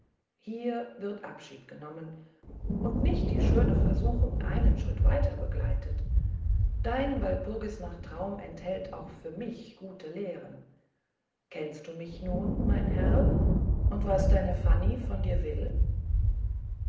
hier wird abschied genommen und nicht die schöne versuchung einen schritt weiter begleitet dein walpurgistraum enthält auch für mich gute lehren kennst du mich nun mein herr und was deine fanny von dir will